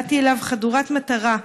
באתי אליו חדורת מטרה,